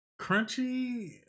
Crunchy